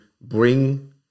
bring